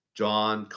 john